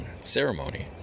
ceremony